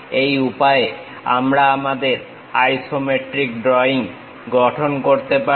এই উপায়ে আমরা আমাদের আইসোমেট্রিক ড্রইং গঠন করতে পারি